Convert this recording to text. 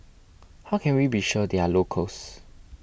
how can we be sure they are locals